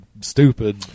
stupid